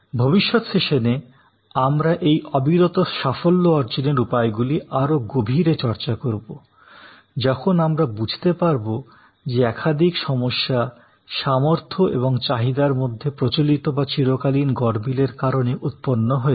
ভবিষ্যত সেশনে আমরা এই অবিরত সাফল্য অর্জনের উপায়গুলি আরও গভীরে চর্চা করব যখন আমরা বুঝতে পারবো যে একাধিক সমস্যাসামর্থ্য এবং চাহিদার মধ্যে প্রচলিত বা চিরকালীন গরমিলের কারণে উৎপন্ন হয়েছে